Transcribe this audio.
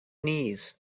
knees